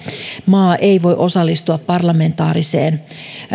maa ei voi osallistua parlamentaarisen